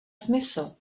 smysl